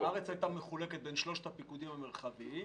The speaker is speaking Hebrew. הארץ הייתה מחולקת בין שלושת הפיקודים המרחביים,